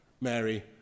Mary